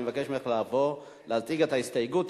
אני מבקש ממך לבוא להציג את ההסתייגות,